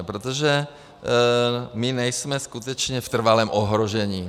Protože my nejsme skutečně v trvalém ohrožení.